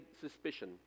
suspicion